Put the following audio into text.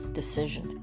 decision